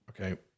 Okay